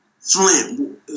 Flint